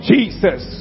Jesus